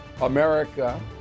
America